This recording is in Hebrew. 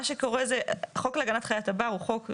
מה שקורה זה החוק להגנת חיית הבר הוא חוק ישן,